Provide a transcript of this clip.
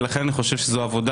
ולכן אני חושב שזו עבודה